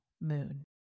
moon